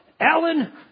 Alan